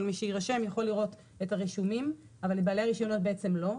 כל מי שירשם יכול לראות את הרישומים אבל את בעלי הרישיונות בעצם לא,